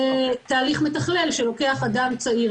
שהנחלות הכי זולות באיזורים הכי פריפריאליים,